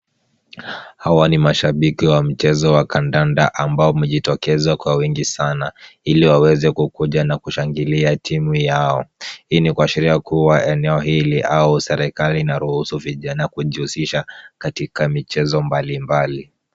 Hawa ni mashabiki wa michezo wa kandanda ambao wamejitokeza kwa wengi sana ili waweze kukuja na kushangilia timu yao. Hii ni kuashiria kuwa eneo hili au serikali inaruhusu vijana kujihusisha katika michezo mbalimbali.